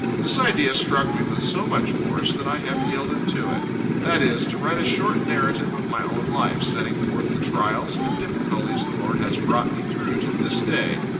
this idea struck me with so much force, that i have yielded to it that is, to write a short narrative of my own life, setting forth the trials and difficulties the lord has brought me through to this day,